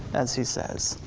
as he says.